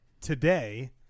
today